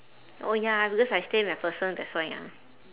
orh ya because I stay macpherson that's why ah